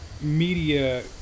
media